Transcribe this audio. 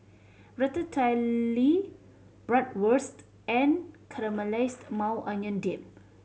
Ratatouille Bratwurst and Caramelized Maui Onion Dip